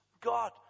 god